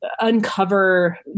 uncover